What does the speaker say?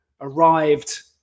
arrived